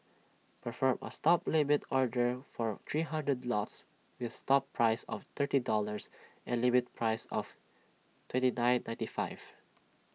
perform A stop limit order for three hundred lots with stop price of thirty dollars and limit price of twenty nine ninety five